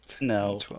no